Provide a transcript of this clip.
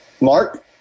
Mark